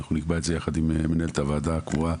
נקבע את זה יחד עם מנהלת הוועדה הקבועה.